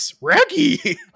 Reggie